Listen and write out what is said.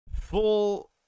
full